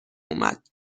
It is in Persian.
اومد